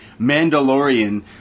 Mandalorian